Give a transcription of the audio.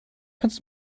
kannst